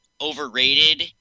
overrated